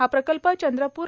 हा प्रकल्प चंद्रपूर